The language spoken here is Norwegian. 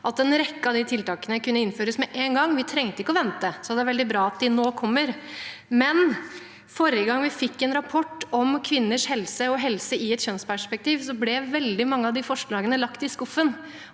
at en rekke av de tiltakene kunne innføres med én gang, at vi ikke trengte å vente, så det er veldig bra at de nå kommer. Men forrige gang vi fikk en rapport om kvinners helse og helse i et kjønnsperspektiv, ble veldig mange av de forslagene lagt i skuffen,